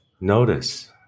notice